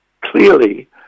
clearly